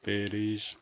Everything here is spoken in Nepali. पेरिस